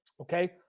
Okay